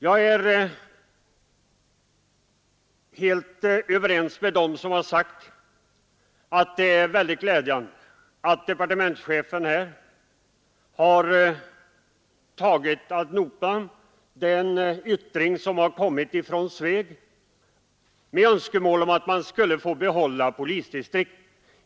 Jag är helt överens med dem som sagt att det är mycket glädjande att departementschefen tagit ad notam den opinionsyttring som kommit från Sveg med önskemål om att få behålla polisdistriktet.